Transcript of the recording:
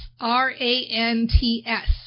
R-A-N-T-S